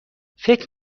فکر